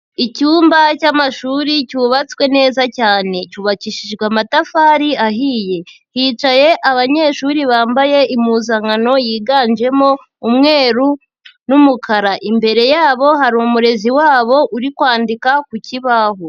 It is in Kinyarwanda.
Icyumba cy'amashuri cyubatswe neza cyane. Cyubakishijwe amatafari ahiye. Hicaye abanyeshuri bambaye impuzankano yiganjemo umweru n'umukara. Imbere yabo hari umurezi wabo uri kwandika ku kibaho.